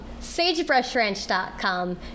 sagebrushranch.com